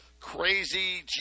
crazy